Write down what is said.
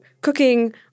cooking